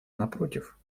напротив